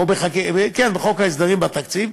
כן, בחוק ההסדרים בתקציב.